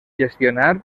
gestionar